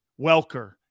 Welker